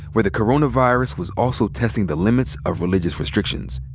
where the coronavirus was also testing the limits of religious restrictions.